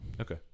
Okay